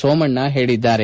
ಸೋಮಣ್ಣ ಹೇಳಿದ್ದಾರೆ